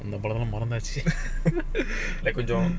அந்தபடம்லாம்மறந்தாச்சு:antha padamlam marandhachu